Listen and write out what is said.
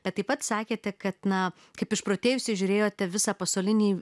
bet taip pat sakėte kad na kaip išprotėjusi žiūrėjote visą pasaulinį